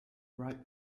ripe